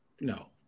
No